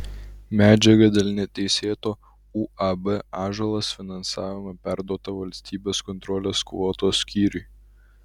medžiaga dėl neteisėto uab ąžuolas finansavimo perduota valstybės kontrolės kvotos skyriui